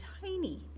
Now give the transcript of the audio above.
tiny